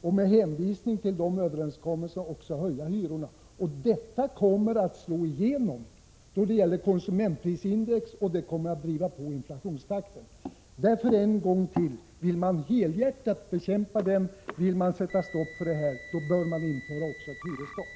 och med hänvisning till överenskommelserna höja hyrorna. Det omfattar halva hyreshusbeståndet. Detta kommer att slå igenom då det gäller konsumentprisindex, och det kommer även att driva på inflationstakten. Därför vill jag åter säga, att om man helhjärtat vill bekämpa och sätta stopp för detta, bör man införa även ett hyresstopp.